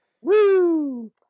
Woo